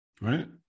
Right